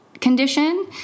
condition